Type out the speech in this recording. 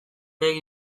begi